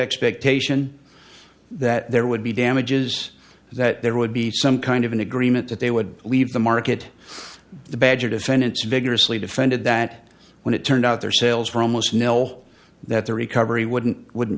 expectation that there would be damages that there would be some kind of an agreement that they would leave the market the badger defendants vigorously defended that when it turned out their sales for almost nil that the recovery wouldn't wouldn't